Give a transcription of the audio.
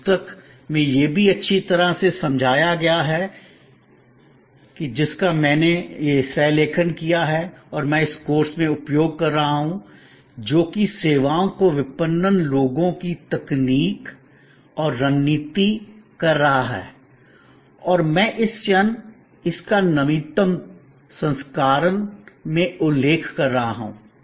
पुस्तक में यह भी अच्छी तरह से समझाया गया है कि जिस का मैंने सह लेखन किया है और मैं इस कोर्स में उपयोग कर रहा हूं जो कि सेवाओं के विपणन लोगों की तकनीक और रणनीति कर रहा है और मैं इस क्षण इस का नवीनतम संस्करण में उल्लेख कर रहा हूं